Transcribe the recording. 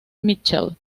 mitchell